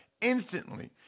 instantly